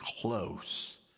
close